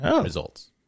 Results